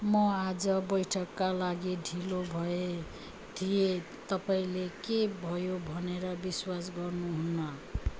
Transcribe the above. म आज बैठकका लागि ढिलो भएँ थिएँ तपाईँले के भयो भनेर विश्वास गर्नुहुन्न